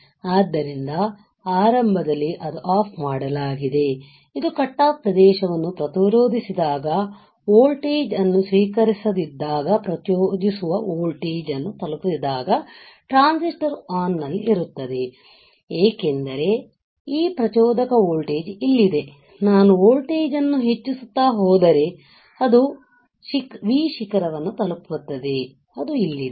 ಆದ್ದರಿಂದ ಆರಂಭದಲ್ಲಿ ಅದು ಆಫ್ ಮಾಡಲಾಗಿದೆ ಇದು ಕಟ್ ಆಫ್ ಪ್ರದೇಶವನ್ನು ಪ್ರತಿರೋಧಿಸಿದಾಗ ವೋಲ್ಟೇಜ್ ಅನ್ನು ಸ್ವೀಕರಿಸದಿದ್ದಾಗ ಪ್ರಚೋದಿಸುವ ವೋಲ್ಟೇಜ್ ಅನ್ನು ತಲುಪದಿದ್ದಾಗ ಟ್ರಾನ್ಸಿಸ್ಟರ್ ಓನ್ ನಲ್ಲಿರುತ್ತದೆ ಏಕೆಂದರೆ ಈ ಪ್ರಚೋದಕ ವೋಲ್ಟೇಜ್ ಇಲ್ಲಿದೆ ನಾನು ವೋಲ್ಟೇಜ್ ಅನ್ನು ಹೆಚ್ಚಿಸುತ್ತಾ ಹೋದರೆ ಅದು ವಿ ಶಿಖರವನ್ನು ತಲುಪುತ್ತದೆ ಅದು ಇಲ್ಲಿದೆ